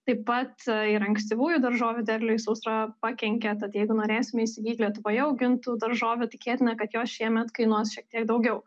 taip pat ir ankstyvųjų daržovių derliui sausra pakenkė tad jeigu norėsime įsigyti lietuvoje augintų daržovių tikėtina kad jos šiemet kainuos šiek tiek daugiau